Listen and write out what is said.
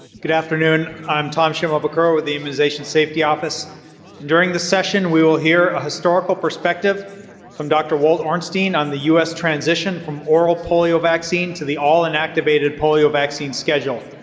good afternoon. i'm tom schumacher with the immunization safety office. and during the session, we will hear a historical perspective from dr. walt arnstein on the us transition from oral polio vaccine to the all inactivated polio vaccine schedule.